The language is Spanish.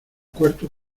cuarto